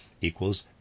equals